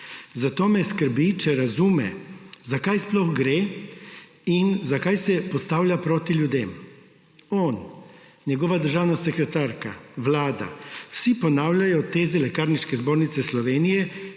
zato me skrbi, če razume, zakaj sploh gre in za kaj se postavlja proti ljudem. On, njegova državna sekretarka, Vlada, vsi ponavljajo teze Lekarniške zbornice Slovenije,